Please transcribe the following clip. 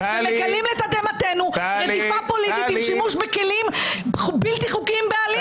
ומגלים לתדהמתנו רדיפה פוליטית עם שימוש בכלים בלתי חוקיים בעליל.